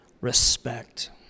respect